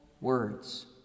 words